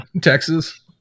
Texas